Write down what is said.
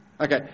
Okay